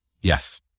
Yes